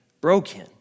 broken